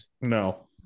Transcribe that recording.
No